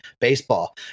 baseball